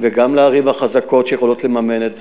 וגם לערים החזקות שיכולות לממן את זה.